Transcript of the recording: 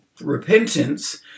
repentance